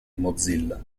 mozilla